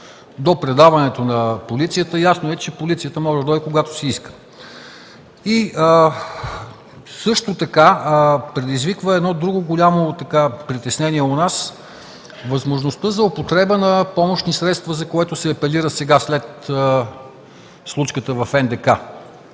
до предаването на полицията. Ясно е, че полицията може да дойде, когато си иска. Също така предизвиква друго голямо притеснение у нас възможността за употреба на помощни средства, за което се апелира сега, след случката в НДК.